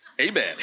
Amen